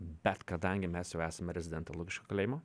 bet kadangi mes jau esame rezidentai lukiškių kalėjimo